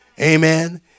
amen